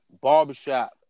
Barbershop